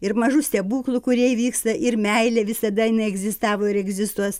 ir mažų stebuklų kurie įvyksta ir meilė visada jinai egzistavo ir egzistuos